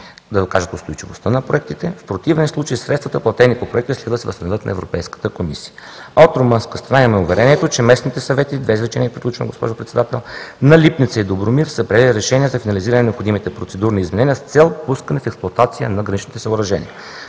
да докажат устойчивостта на проектите, в противен случай средствата, платени по проектите, следва да се възстановят на Европейската комисия. От румънска страна имаме уверението, че местните съвети на Липница и Добромир са приели решения за финализиране на необходимите процедурни изменения с цел пускане в експлоатация на граничните съоръжения.